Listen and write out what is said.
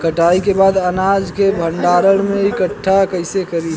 कटाई के बाद अनाज के भंडारण में इकठ्ठा कइसे करी?